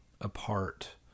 Apart